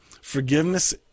Forgiveness